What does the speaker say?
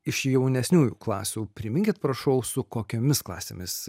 iš jaunesniųjų klasių priminkit prašau su kokiomis klasėmis